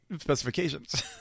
specifications